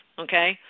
okay